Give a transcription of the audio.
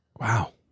Wow